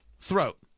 throat